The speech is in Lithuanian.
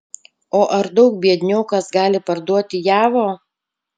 o ar daug biedniokas gali parduoti javo